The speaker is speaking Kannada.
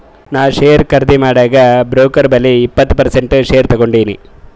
ನಾ ಶೇರ್ ಖರ್ದಿ ಮಾಡಾಗ್ ಬ್ರೋಕರ್ ಬಲ್ಲಿ ಇಪ್ಪತ್ ಪರ್ಸೆಂಟ್ ಶೇರ್ ತಗೊಂಡಿನಿ